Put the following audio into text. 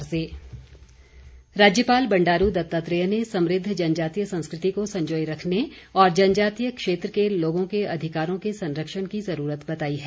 राज्यपाल राज्यपाल बंडारू दत्तात्रेय ने समृद्ध जनजातीय संस्कृति को संजोए रखने और जनजातीय क्षेत्र के लोगों के अधिकारों के संरक्षण की जरूरत बताई है